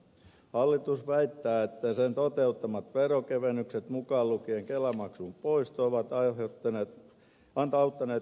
hallitus väittää että sen toteuttamat veronkevennykset mukaan lukien kelamaksun poisto ovat auttaneet merkittävästi työllistymistä